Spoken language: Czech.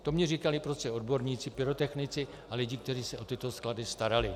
To mně říkali odborníci, pyrotechnici a lidi, kteří se o tyto sklady starali.